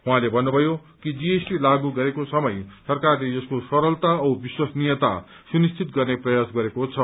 उहाँले भन्नुभयो कि जीएसटी लागू गरेको समय सरकारले यसको सरलता औ विश्वसनीयता सुनिश्चित गन्ने प्रयास गरेको छ